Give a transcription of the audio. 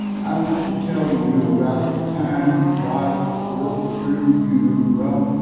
i want to tell you about the time god work through you, well,